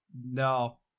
No